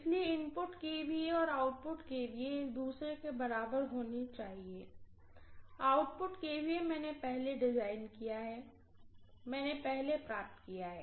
इसलिए input kVA और output kVA एक दूसरे के बराबर होना चाहिए आउटपुटkVA मैंने पहले डिजाइन किया है मैंने पहले प्राप्त किया है